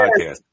podcast